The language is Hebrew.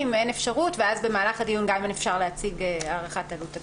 אין אפשרות ואז במהלך הדיון גם כן אפשר להציג הערכת עלות תקציבית.